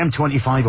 M25